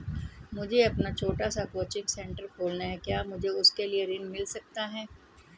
मुझे अपना छोटा सा कोचिंग सेंटर खोलना है क्या मुझे उसके लिए ऋण मिल सकता है?